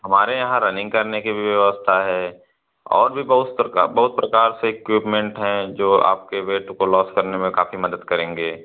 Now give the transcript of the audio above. हमारे यहाँ रनिंग करने की भी व्यवस्था है और भी बहुत बहुत प्रकार से इक्विप्मेन्ट हैं जो आपके वेट को लॉस करने में काफ़ी मदद करेंगे